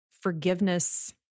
forgiveness